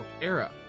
era